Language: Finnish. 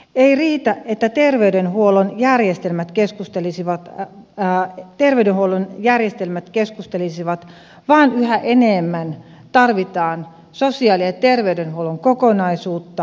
ei riitä että terveydenhuollon järjestelmät keskustelisivat vaan yhä enemmän tarvitaan sosiaali ja terveydenhuollon kokonaisuutta